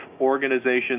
organizations